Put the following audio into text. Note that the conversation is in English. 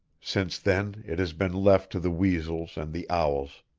since then it has been left to the weasels and the owls.